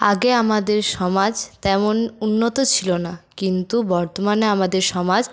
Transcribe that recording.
আগে আমাদের সমাজ তেমন উন্নত ছিল না কিন্তু বর্তমানে আমাদের সমাজ